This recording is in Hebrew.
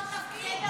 לא מקרקרת.